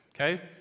okay